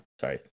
Sorry